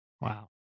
Wow